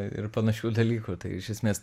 ir panašių dalykų tai iš esmės